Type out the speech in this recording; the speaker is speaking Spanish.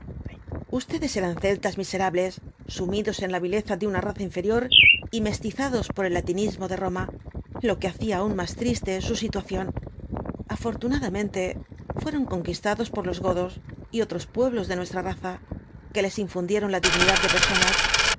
ustedes eran celtas miserables sumidos en la vileza de una raza inferior y mestizados por el latinismo de roma lo que hacía aun más triste su situación afortunadamente fueron conquistados por los godos y otros pueblos de nuestra raza que les infundieron la dignidad de personas